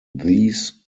these